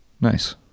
Nice